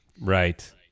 Right